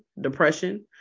depression